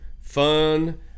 fun